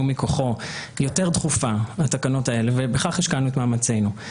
מכוחו היא יותר דחופה מהתקנות האלה ובכך השקענו את מאמצינו.